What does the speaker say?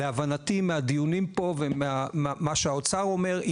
להבנתי מהדיונים פה וממה שהאוצר אומר,